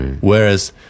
whereas